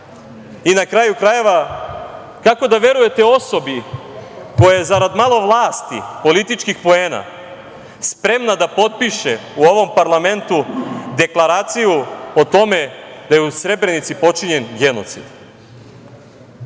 Na kraju krajeva, kako da verujte osobi koja je zarad malo vlasti, političkih poena spremna da potpiše u ovom parlamentu deklaraciju o tome da je u Srebrenici počinjen genocid? Takvi